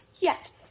yes